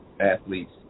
athletes